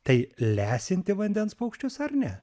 tai lesinti vandens paukščius ar ne